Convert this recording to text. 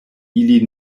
ili